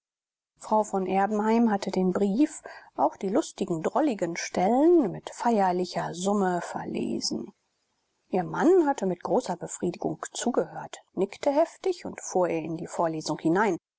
frau von erbenheim hatte den brief auch die lustigen drolligen stellen mit feierlicher summe verlesen ihr mann hatte mit großer befriedigung zugehört nickte heftig und fuhr ihr in die vorlesung hinein